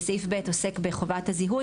וסעיף ב' עוסק בחובת הזיהוי,